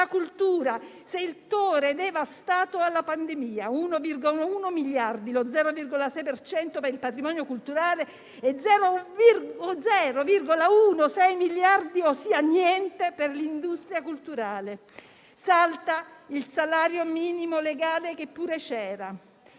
cultura, settore devastato dalla pandemia, con 1,1 miliardi, lo 0,6 per cento, per il patrimonio culturale e 0,16 miliardi, ossia niente, per l'industria culturale. Salta il salario minimo legale, che pure c'era.